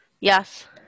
yes